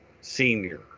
senior